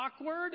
awkward